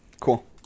Cool